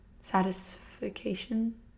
satisfaction